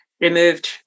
removed